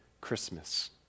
Christmas